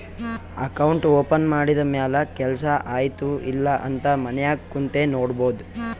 account open ಮಾಡಿದ ಮ್ಯಾಲ ಕೆಲ್ಸಾ ಆಯ್ತ ಇಲ್ಲ ಅಂತ ಮನ್ಯಾಗ್ ಕುಂತೆ ನೋಡ್ಬೋದ್